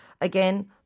Again